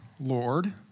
Lord—